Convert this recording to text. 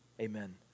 amen